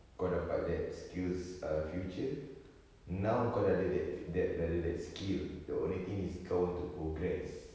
kau dapat that skills err future now kau sudah ada that that sudah ada that skill the only thing kau want to progress